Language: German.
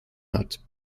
hat